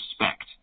respect